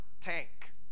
tank